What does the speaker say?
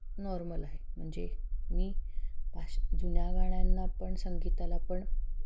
normal आहे म्हणजे मी फारशी जुन्या गाण्यांना पण संगीताला पण